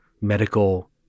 medical